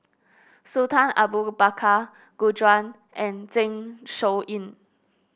Sultan Abu Bakar Gu Juan and Zeng Shouyin